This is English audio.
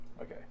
Okay